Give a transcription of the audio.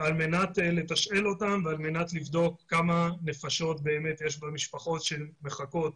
על מנת לתשאל אותם ועל מנת לבדוק כמה נפשות יש במשפחות שמחכות